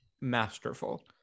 masterful